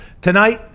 tonight